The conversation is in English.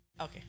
Okay